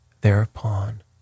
Thereupon